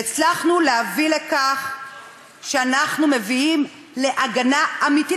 והצלחנו להביא לכך שאנחנו מביאים הגנה אמיתית.